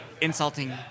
insulting